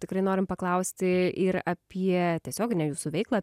tikrai norim paklausti ir apie tiesioginę jūsų veiklą